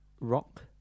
rock